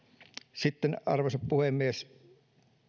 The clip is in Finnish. arvoisa puhemies